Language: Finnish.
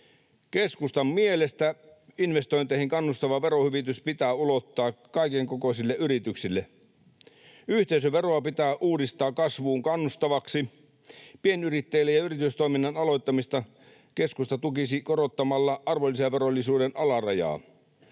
Keskustan mielestä investointeihin kannustava verohyvitys pitää ulottaa kaikenkokoisille yrityksille. Yhteisöveroa pitää uudistaa kasvuun kannustavaksi. Pienyrittäjiä ja yritystoiminnan aloittamista keskusta tukisi korottamalla arvonlisäverovelvollisuuden alarajaa.